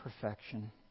perfection